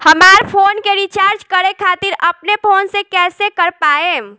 हमार फोन के रीचार्ज करे खातिर अपने फोन से कैसे कर पाएम?